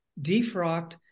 defrocked